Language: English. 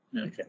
Okay